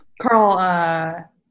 carl